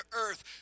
earth